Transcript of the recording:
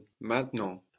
maintenant